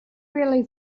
really